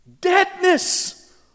deadness